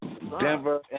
Denver